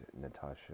Natasha